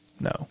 No